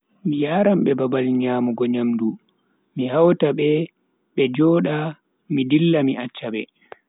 Mi yaran be babal nyamugo myamdu mi hauta be be joda mi dilla mi accha be.